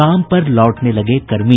काम पर लौटने लगे कर्मी